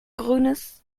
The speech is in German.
grünes